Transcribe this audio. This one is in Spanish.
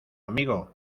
amigo